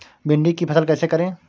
भिंडी की फसल कैसे करें?